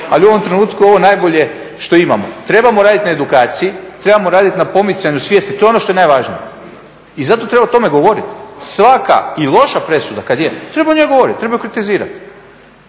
ali u ovom trenutku je ovo najbolje što imamo. Trebamo raditi na edukaciji, trebamo raditi na pomicanju svijesti, to je ono što je najvažnije. I zato treba o tome govoriti. Svaka i loša presuda kada je, treba o njoj govoriti, treba ju kritizirati.